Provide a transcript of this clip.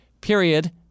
period